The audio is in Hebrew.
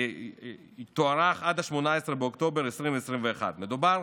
תוארך עד ל-18 באוקטובר 2022. מדובר